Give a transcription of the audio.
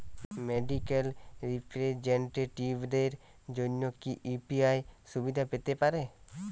Medical রিপ্রেজন্টেটিভদের জন্য কি ইউ.পি.আই সুবিধা পেতে পারে?